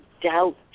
doubt